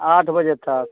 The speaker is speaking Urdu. آٹھ بجے تک